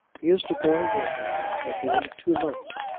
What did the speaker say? he is to go away, my dear, at the end of two months.